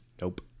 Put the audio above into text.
Nope